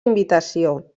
invitació